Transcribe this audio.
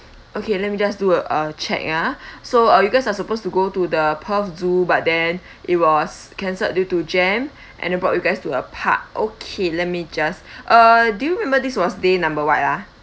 okay let me just do a check ah so uh you guys are supposed to go to the perth zoo but then it was cancelled due to jam and then brought you guys to a park okay let me just uh do you remember this was day number what ah